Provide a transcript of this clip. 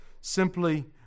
simply